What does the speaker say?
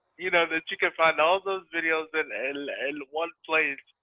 you know, that you can find all those videos in one place.